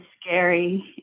scary